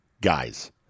guys